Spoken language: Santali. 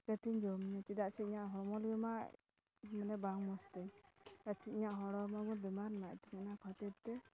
ᱡᱚᱢ ᱧᱩ ᱪᱮᱫᱟᱜ ᱥᱮ ᱤᱧᱟᱹᱜ ᱦᱚᱲᱢᱚᱞ ᱵᱮᱢᱟ ᱢᱟᱱᱮ ᱵᱟᱝ ᱢᱚᱡᱽ ᱛᱤᱧ ᱟᱨ ᱪᱮᱫ ᱤᱧᱟᱹᱜ ᱦᱚᱲ ᱦᱚᱸᱵᱚᱱ ᱵᱮᱢᱟᱨ ᱢᱮᱱᱟᱜ ᱛᱤᱧᱟᱹ ᱚᱱᱟ ᱠᱷᱟᱹᱛᱤᱨ ᱛᱮ